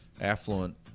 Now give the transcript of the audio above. affluent